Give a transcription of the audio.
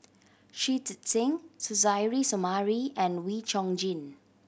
Shui Tit Sing Suzairhe Sumari and Wee Chong Jin